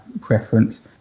preference